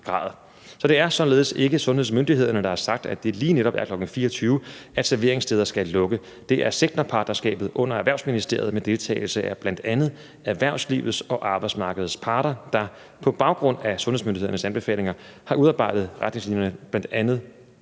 Så det er således ikke sundhedsmyndighederne, der har sagt, at det lige netop er kl. 24, at serveringssteder skal lukke, det er sektorpartnerskabet under Erhvervsministeriet med deltagelse af bl.a. erhvervslivets og arbejdsmarkedets parter, der på baggrund af sundhedsmyndighedernes anbefalinger har udarbejdet retningslinjer, bl.a.